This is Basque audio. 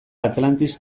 atlantis